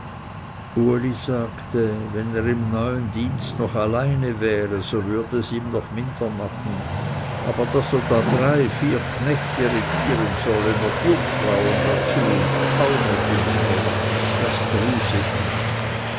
uli sagte wenn er im neuen dienst noch alleine wäre so würde es ihm noch minder machen aber daß er da drei vier knechte regieren solle noch jungfrauen dazu und tauner die menge das gruse ihm